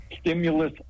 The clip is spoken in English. stimulus